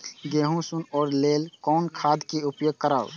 गेहूँ सुन होय लेल कोन खाद के उपयोग करब?